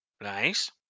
Nice